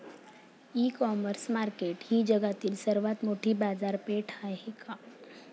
इ commerce market ही जगातील सर्वात मोठी बाजारपेठ आहे का?